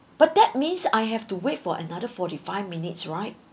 but that means I have to wait for another forty five minutes right